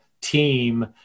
team